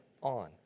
on